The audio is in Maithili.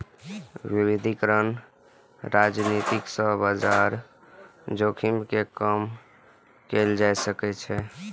विविधीकरण रणनीति सं बाजार जोखिम कें कम कैल जा सकै छै